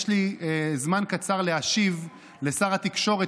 יש לי זמן קצר להשיב לשר התקשורת,